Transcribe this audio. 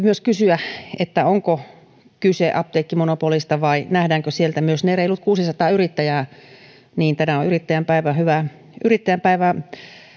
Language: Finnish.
myös kysyä onko kyse apteekkimonopolista vai nähdäänkö sieltä myös ne reilut kuusisataa yrittäjää niin tänään on yrittäjän päivä hyvää yrittäjän päivää